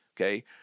Okay